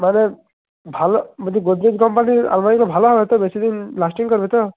মানে ভালো মধ্যে গোদরেজ কম্পানির আলমারিগুলো ভালো হবে তো বেশি দিন লাস্টিং করবে তো